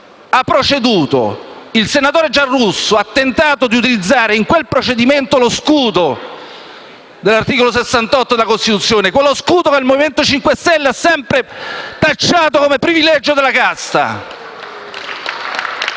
ha proceduto. Il senatore Giarrusso ha tentato di utilizzare in quel procedimento lo scudo dell'articolo 68 della Costituzione, quello scudo che il Movimento 5 Stelle ha sempre tacciato come privilegio della casta.